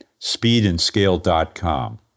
speedandscale.com